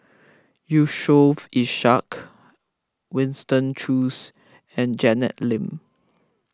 Yusof Ishak Winston Choos and Janet Lim